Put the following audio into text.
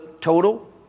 total